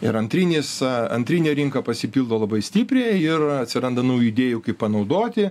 ir antrinis antrinė rinka pasipildo labai stipriai ir atsiranda naujų idėjų kaip panaudoti